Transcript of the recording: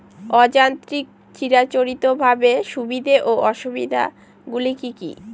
অযান্ত্রিক চিরাচরিতভাবে সুবিধা ও অসুবিধা গুলি কি কি?